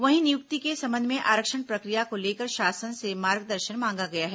वहीं नियुक्ति के संबंध में आरक्षण प्रक्रिया को लेकर शासन से मार्गदर्शन मांगा गया है